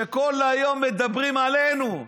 שכל היום מדברים עלינו,